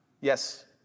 Yes